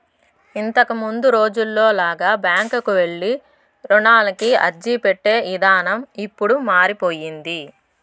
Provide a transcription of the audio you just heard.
ఇంతకముందు రోజుల్లో లాగా బ్యాంకుకెళ్ళి రుణానికి అర్జీపెట్టే ఇదానం ఇప్పుడు మారిపొయ్యింది